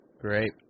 Great